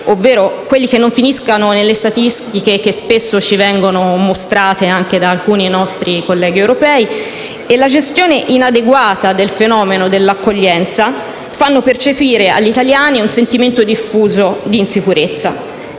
ovvero quelli che non finiscono nelle statistiche che spesso ci vengono mostrate anche da alcuni nostri colleghi europei) e la gestione inadeguata del fenomeno dell'accoglienza fanno percepire agli italiani un sentimento diffuso di insicurezza.